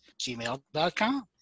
gmail.com